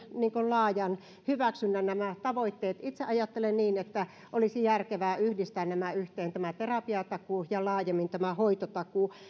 laajan hyväksynnän itse ajattelen niin että olisi järkevää yhdistää nämä tämä terapiatakuu ja laajemmin tämä hoitotakuu